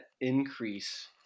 increase